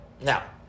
Now